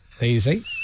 easy